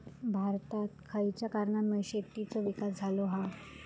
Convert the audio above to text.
भारतात खयच्या कारणांमुळे शेतीचो विकास झालो हा?